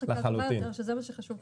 והופכות לחקיקה טובה יותר וזה מה שחשוב.